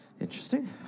Interesting